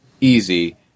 easy